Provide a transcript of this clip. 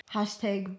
Hashtag